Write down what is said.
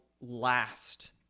last